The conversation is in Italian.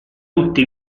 tutti